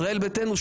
ישראל ביתנו,